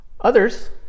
Others